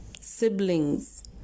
Siblings